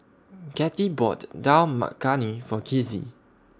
Kathey bought Dal Makhani For Kizzy